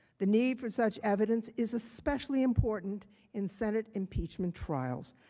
the need for such evidence is especially important in senate impeachment trials.